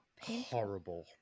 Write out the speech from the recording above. horrible